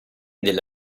delle